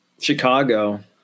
Chicago